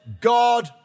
God